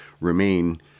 remain